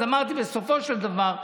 אז אמרתי, בסופו של דבר,